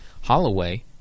Holloway